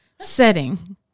Setting